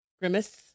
Grimace